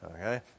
Okay